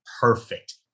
perfect